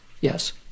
Yes